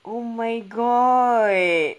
oh my god